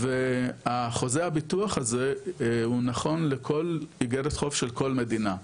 וחוזה הביטוח הזה הוא נכון לכל איגרת חוב של כל מדינה,